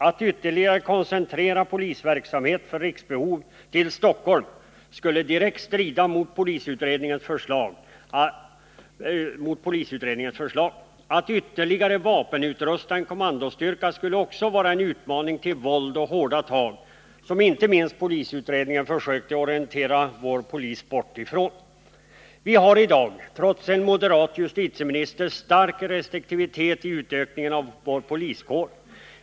Att ytterligare koncentrera polisverksamhet för riksbehov till Stockholm skulle direkt strida mot polisutredningens förslag, och att ytterligare vapenutrusta en kommandostyrka skulle också vara en utmaning till våld och hårda tag, som inte minst polisutredningen försökte orientera bort vår polis ifrån. Vi har i dag, trots en moderat justitieminister, stark restriktivitet i utökningen av vår poliskår.